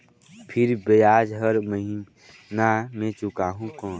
फिर ब्याज हर महीना मे चुकाहू कौन?